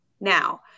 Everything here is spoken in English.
Now